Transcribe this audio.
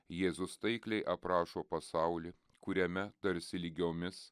jėzus taikliai aprašo pasaulį kuriame tarsi lygiomis